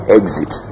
exit